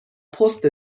پست